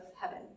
heaven